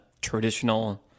traditional